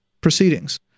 proceedings